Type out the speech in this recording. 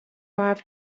have